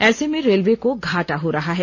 ऐसे में रेलवे को घाटा हो रहा है